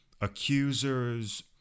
accusers